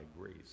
grace